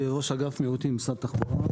ראש אגף מיעוטים במשרד התחבורה.